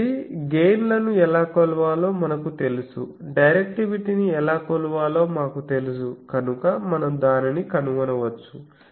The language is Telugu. కాబట్టి గెయిన్ లను ఎలా కొలవాలో మనకు తెలుసు డైరెక్టివిటీని ఎలా కొలవాలో మాకు తెలుసు కనుక మనం దానిని కనుగొనవచ్చు